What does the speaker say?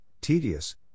tedious